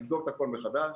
לבדוק את הכול מחדש.